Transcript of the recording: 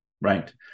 right